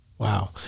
Wow